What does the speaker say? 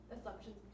assumptions